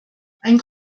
ein